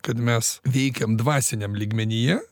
kad mes veikiam dvasiniam lygmenyje